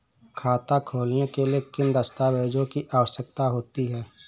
खाता खोलने के लिए किन दस्तावेजों की आवश्यकता होती है?